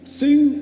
sing